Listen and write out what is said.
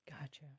gotcha